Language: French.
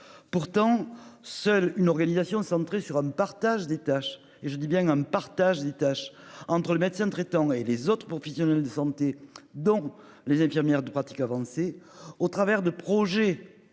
Pourtant, seule une organisation centrée sur un partage des tâches et je dis bien un partage des tâches entre le médecin traitant et les autres professionnels de santé donc les infirmières de pratique avancée au travers de projets.